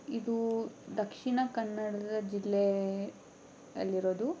ಇದು ದಕ್ಷಿಣ ಕನ್ನಡ ಜಿಲ್ಲೆ ಅಲ್ಲಿರೋದು